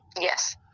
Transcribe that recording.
Yes